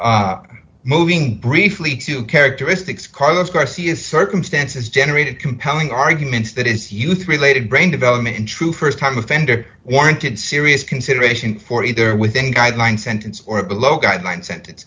are moving briefly to characteristics carlos garcia circumstances generated compelling arguments that is youth related brain development in true st time offender warranted serious consideration for either within guidelines sentence or below guideline